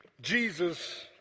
Jesus